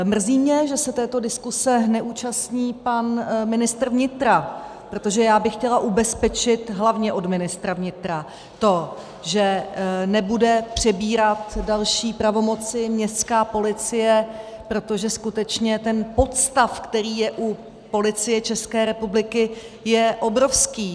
Mrzí mě, že se této diskuse neúčastní pan ministr vnitra, protože já bych chtěla ubezpečit hlavně od ministra vnitra, že nebude přebírat další pravomoci městská policie, protože skutečně ten podstav, který je u Policie České republiky, je obrovský.